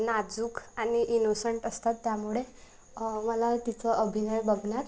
नाजूक आणि इनोसंट असतात त्यामुळे मला तिचं अभिनय बघण्यात